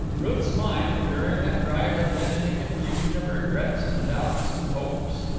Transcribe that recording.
ruth's mind during that drive had been in a confusion of regrets and doubts and hopes.